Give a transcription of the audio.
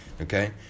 okay